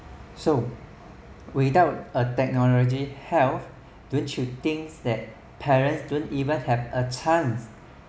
so without a technology health don't you thinks that parents don't even have a chance